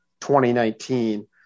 2019